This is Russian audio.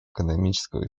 экономического